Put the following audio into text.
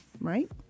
right